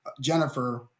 Jennifer